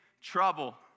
trouble